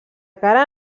cara